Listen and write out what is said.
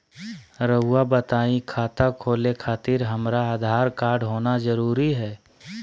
रउआ बताई खाता खोले खातिर हमरा आधार कार्ड होना जरूरी है?